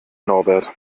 norbert